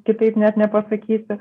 kitaip net nepasakysi